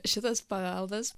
šitas paveldas